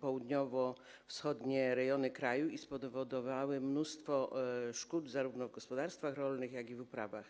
południowo-wschodnie rejony kraju i spowodowały mnóstwo szkód zarówno w gospodarstwach rolnych, jak i w uprawach.